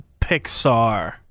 Pixar